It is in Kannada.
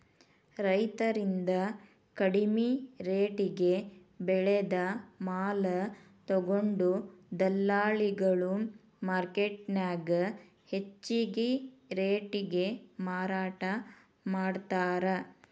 ರೈತರಿಂದ ಕಡಿಮಿ ರೆಟೇಗೆ ಬೆಳೆದ ಮಾಲ ತೊಗೊಂಡು ದಲ್ಲಾಳಿಗಳು ಮಾರ್ಕೆಟ್ನ್ಯಾಗ ಹೆಚ್ಚಿಗಿ ರೇಟಿಗೆ ಮಾರಾಟ ಮಾಡ್ತಾರ